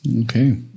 Okay